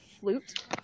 flute